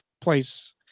place